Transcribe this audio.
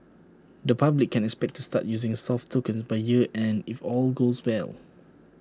the public can expect to start using soft tokens by year end if all goes well